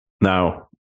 now